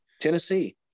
Tennessee